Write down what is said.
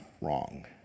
wrong